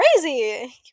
crazy